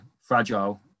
fragile